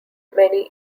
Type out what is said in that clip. many